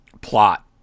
plot